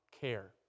care